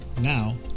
Now